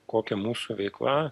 kokia mūsų veikla